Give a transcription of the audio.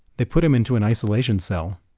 they put him into an isolation cell.